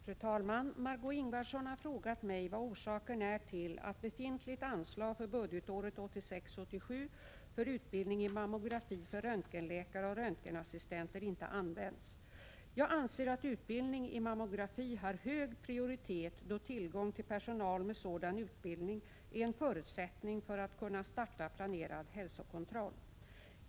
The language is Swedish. Fru talman! Margé Ingvardsson har frågat mig vad orsaken är till att befintligt anslag för budgetåret 1986/87 för utbildning i mammografi för röntgenläkare och röntgenassistenter inte använts. Jag anser att utbildning i mammografi har hög prioritet då tillgång till personal med sådan utbildning är en förutsättning för att kunna starta planerad hälsokontroll.